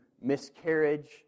miscarriage